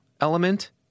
element